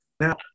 Now